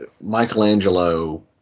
Michelangelo